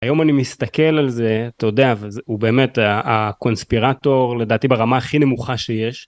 היום אני מסתכל על זה, אתה יודע, הוא באמת הקונספירטור לדעתי ברמה הכי נמוכה שיש.